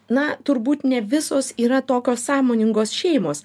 na turbūt ne visos yra tokios sąmoningos šeimos